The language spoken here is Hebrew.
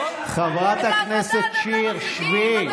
חברת הכנסת שיר, שבי.